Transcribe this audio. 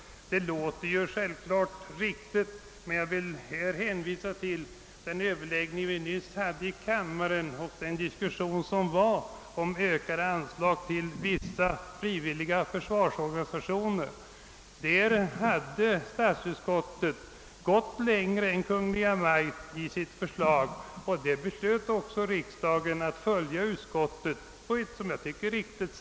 Det låter naturligtvis riktigt, men jag vill hänvisa till den överläggning som vi nyss hade i kammaren om ökat anslag till vissa frivilliga försvarsorganisationer. Utskottet gick där i sitt förslag längre än Kungl. Maj:t, och kammaren beslöt att följa utskottet — vilket jag tycker var riktigt.